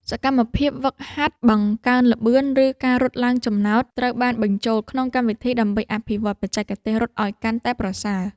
សកម្មភាពហ្វឹកហាត់បង្កើនល្បឿន ឬការរត់ឡើងចំណោត ត្រូវបានបញ្ចូលក្នុងកម្មវិធីដើម្បីអភិវឌ្ឍបច្ចេកទេសរត់ឱ្យកាន់តែប្រសើរ។